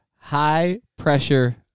high-pressure